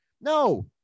No